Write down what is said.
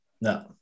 no